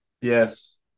Yes